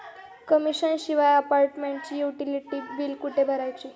Commission शिवाय अपार्टमेंटसाठी utility बिले कुठे भरायची?